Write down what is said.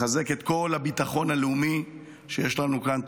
לחזק את כל הביטחון הלאומי שיש לנו כאן.